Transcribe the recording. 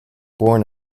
born